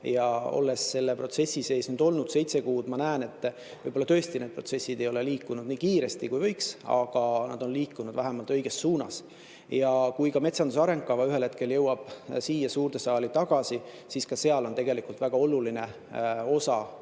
Olles selle protsessi sees olnud seitse kuud, ma näen, et võib-olla tõesti need protsessid ei ole liikunud nii kiiresti, kui võiks, aga nad on liikunud vähemalt õiges suunas. Kui ka metsanduse arengukava ühel hetkel jõuab siia suurde saali tagasi, siis ka seal on väga oluline osa